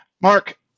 Mark